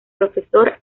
profesor